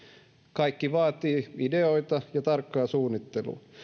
kaikki vaatii ideoita ja tarkkaa suunnittelua